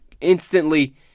instantly